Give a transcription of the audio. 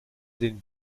den